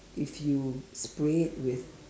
if you spray it with